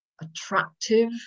attractive